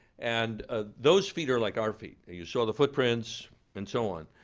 and ah those feet are like our feet. and you saw the footprints and so on.